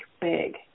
big